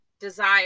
desire